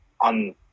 on